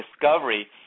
discovery